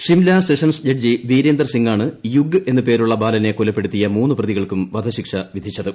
Shimla sessions judge Virender സിംഗാണ് യുഗ് എന്ന് പേരുള്ള ബാലനെ കൊലപ്പെടുത്തിയ മൂന്ന് പ്രതികൾക്കും വധശിക്ഷ വിധിച്ചത്